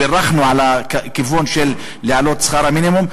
בירכנו על הכיוון של העלאת שכר המינימום,